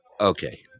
okay